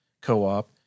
co-op